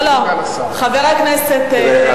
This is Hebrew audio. לא, חבר הכנסת.